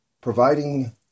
providing